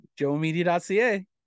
joemedia.ca